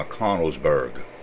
McConnellsburg